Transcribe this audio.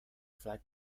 flag